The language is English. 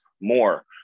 more